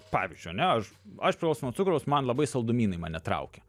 pavyzdžiui ane aš aš priklausau cukraus man labai saldumynai mane traukia